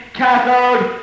cathode